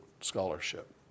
scholarship